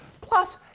Plus